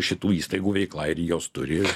šitų įstaigų veikla ir jos turi